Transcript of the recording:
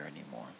anymore